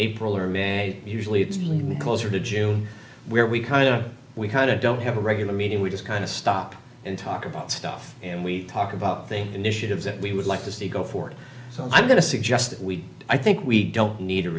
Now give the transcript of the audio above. april or may usually it's closer to june where we kind of we kind of don't have a regular meeting we just kind of stop and talk about stuff and we talk about the initiatives that we would like to see go forward so i'm going to suggest that we i think we don't need